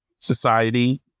society